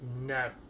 No